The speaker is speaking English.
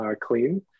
clean